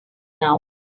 now